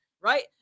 right